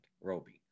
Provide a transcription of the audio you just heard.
roby